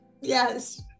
yes